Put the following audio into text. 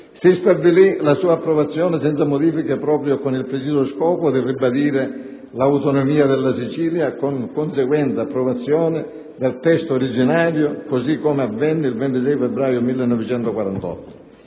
ne stabilì l'approvazione senza modifiche, proprio con il preciso scopo di ribadire l'autonomia della Sicilia, con conseguente approvazione del testo originario (così come avvenne il 26 febbraio 1948).